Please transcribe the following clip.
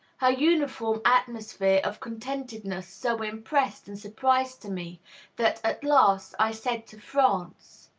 her uniform atmosphere of contentedness so impressed and surprised me that, at last, i said to franz,